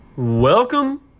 Welcome